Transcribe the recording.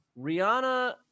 rihanna